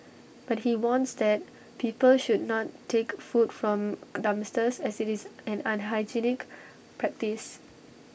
but he warns that people should not take food from dumpsters as IT is an unhygienic practice